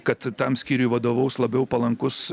kad tam skyriui vadovaus labiau palankus